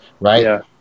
Right